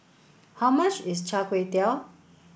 how much is Char Kway Teow